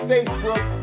Facebook